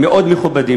מאוד מכובדים,